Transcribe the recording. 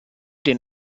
den